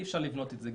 אי אפשר לבנות את זה.